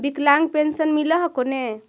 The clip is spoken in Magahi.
विकलांग पेन्शन मिल हको ने?